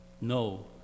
no